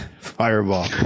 Fireball